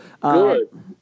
Good